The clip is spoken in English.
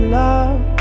love